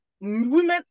women